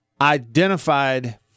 identified